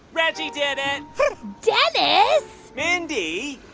reggie did it dennis mindy.